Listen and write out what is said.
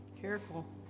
careful